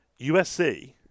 USC